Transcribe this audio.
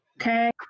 Okay